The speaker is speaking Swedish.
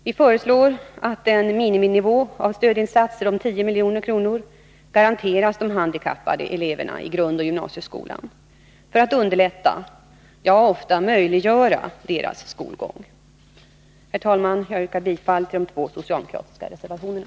Vi föreslår att en miniminivå av stödinsatser om 10 milj.kr. garanteras de handikappade i grundoch gymnasieskola för att underlätta, ja ofta möjliggöra, deras skolgång. Jag yrkar bifall till de två socialdemokratiska reservationerna.